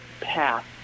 path